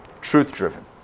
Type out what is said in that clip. truth-driven